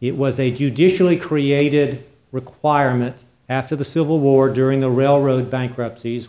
it was a judicially created requirement after the civil war during the railroad bankruptcies